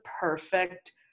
perfect